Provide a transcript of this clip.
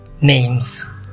Names